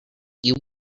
you